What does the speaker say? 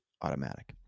automatic